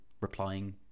replying